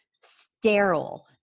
Sterile